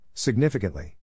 Significantly